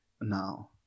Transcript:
now